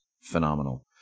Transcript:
phenomenal